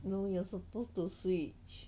no you're suppose to switch